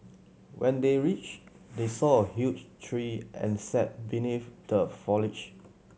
when they reached they saw a huge tree and sat beneath the foliage